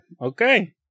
Okay